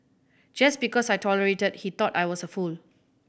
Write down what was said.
just because I tolerated he thought I was a fool